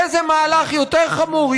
איזה מהלך יותר חמור,